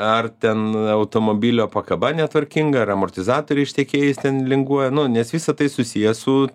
ar ten automobilio pakaba netvarkinga ar amortizatoriai ištekėjus ten linguoja nu nes visa tai susiję su